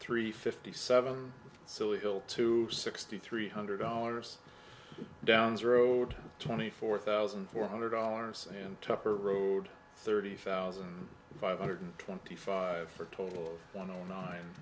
three fifty seven silly bill two sixty three hundred dollars downs road twenty four thousand four hundred dollars and tucker road thirty thousand five hundred twenty five for total one zero nine